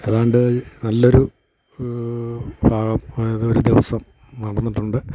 ഏതാണ്ട് നല്ലൊരു ഭാഗം അതായത് ഒരു ദിവസം നടന്നിട്ടുണ്ട്